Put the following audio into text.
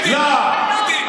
הלאום.